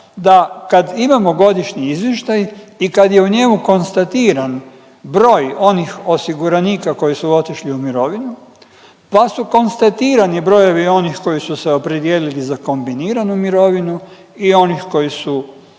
kad imamo godišnji izvještaj i kad je u njemu konstatiran broj onih osiguranika koji su otišli u mirovinu da su konstatirani brojevi onih koji su se opredijelili za kombiniranu mirovinu i onih koji su